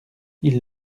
ils